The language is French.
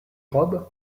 robe